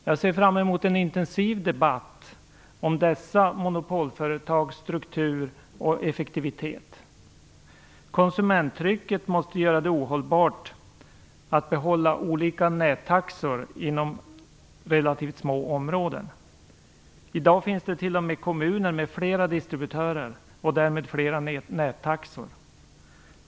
Jag ser fram emot en intensiv debatt om dessa monopolföretags struktur och effektivitet. Konsumenttrycket måste göra det ohållbart att behålla olika nättaxor inom relativt små områden. I dag finns det t.o.m. kommuner med flera distributörer, och därmed flera nättaxor.